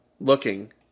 looking